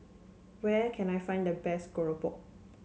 where can I find the best Keropok